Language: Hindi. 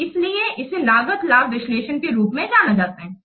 तो इसीलिए इसे लागत लाभ विश्लेषण के रूप में जाना जाता है